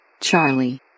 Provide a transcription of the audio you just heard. Charlie